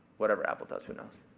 whatever apple does, who knows?